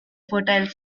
fertile